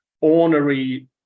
ornery